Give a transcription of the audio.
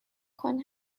کند